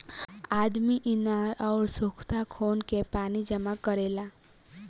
आदमी इनार अउर सोख्ता खोन के पानी जमा करेला